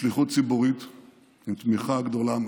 בשליחות ציבורית עם תמיכה גדולה מאוד.